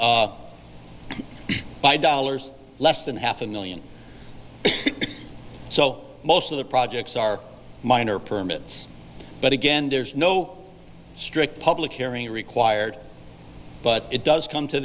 by dollars less than half a million so most of the projects are minor permits but again there's no strict public hearing required but it does come to